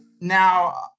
now